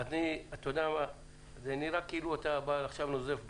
זה נראה כאילו אתה עכשיו נוזף בנו,